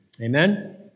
Amen